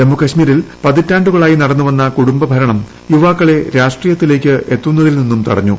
ജമ്മുകാശ്മീരിൽ പതിറ്റാണ്ട്രൂകളായി നടന്നുവന്ന കുടുംബഭരണം യുവാക്കളെ രാഷ്ട്രീയത്തിലേക്ക് എത്തുന്നതിൽനിന്നു തടഞ്ഞു